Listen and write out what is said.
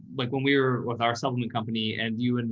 like when we were with our supplement company and you, and